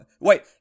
Wait